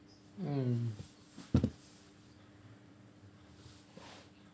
mm